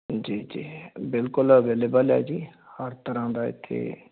ਜੀ ਜੀ ਬਿਲਕੁਲ ਅਵੇਲੇਵਲ ਹੈ ਜੀ ਹਰ ਤਰ੍ਹਾਂ ਦਾ ਇੱਥੇ